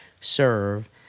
serve